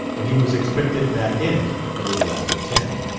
and he was expected back in it a little after ten.